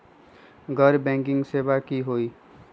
गैर बैंकिंग सेवा की होई?